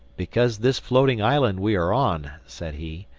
because this floating island we are on, said he,